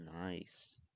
Nice